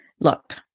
Look